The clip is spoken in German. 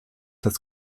das